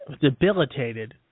debilitated